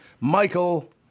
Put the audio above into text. Michael